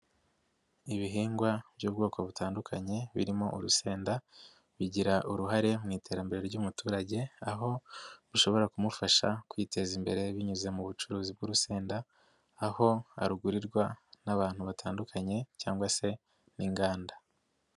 Ibihingwa by'ubwoko butandukanye birimo urusenda, bigira uruhare mu iterambere ry'umuturage, aho rushobora kumufasha kwiteza imbere binyuze mu bucuruzi bw'urusenda, aho arugurirwa n'abantu batandukanye cyangwa se n'inganda.